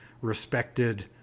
respected